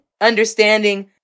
Understanding